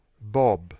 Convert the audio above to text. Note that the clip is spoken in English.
bob